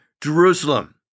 Jerusalem